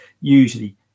usually